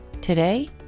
Today